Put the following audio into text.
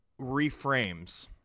reframes